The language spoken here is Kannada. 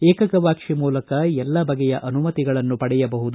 ಏಕಗವಾಕ್ಷಿ ಮೂಲಕ ಎಲ್ಲ ಬಗೆಯ ಅನುಮತಿಗಳನ್ನು ಪಡೆಯಬಹುದು